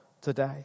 today